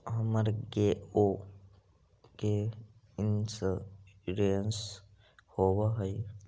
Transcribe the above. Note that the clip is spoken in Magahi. हमर गेयो के इंश्योरेंस होव है?